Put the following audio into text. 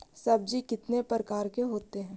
सब्जी कितने प्रकार के होते है?